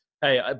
Hey